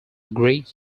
greek